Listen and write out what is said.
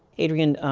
adrienne,